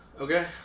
Okay